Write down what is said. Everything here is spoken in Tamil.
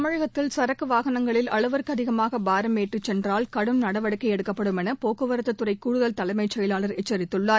தமிழகத்தில் சரக்கு வாகனங்களில் அளவுக்கு அதிகமாக பாரம் ஏற்றிச் சென்றால் கடும் நடவடிக்கை எடுக்கப்படும் என போக்குவரத்து துறை கூடுதல் தலைமைச் செயலாளர் எச்சரித்துள்ளார்